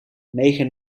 negen